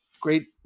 great